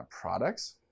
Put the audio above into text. products